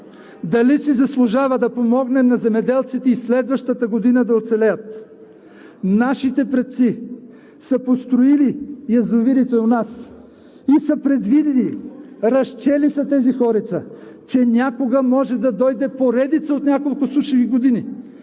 дали си заслужава да помогнем на земеделците и следващата година да оцелеят? Нашите предци са построили язовирите у нас и са предвидили, разчели са тези хорица, че някога може да дойде поредица от няколко сушави години,